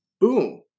boom